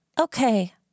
Okay